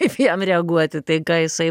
kaip jam reaguot į tai ką jisai